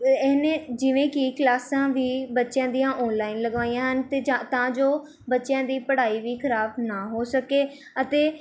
ਇਹ ਇਹਨੇ ਜਿਵੇਂ ਕਿ ਕਲਾਸਾਂ ਵੀ ਬੱਚਿਆਂ ਦੀਆਂ ਔਨਲਾਈਨ ਲਗਾਈਆਂ ਹਨ ਤੇ ਜਾਂ ਤਾਂ ਜੋ ਬੱਚਿਆਂ ਦੀ ਪੜ੍ਹਾਈ ਵੀ ਖਰਾਬ ਨਾ ਹੋ ਸਕੇ ਅਤੇ